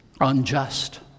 unjust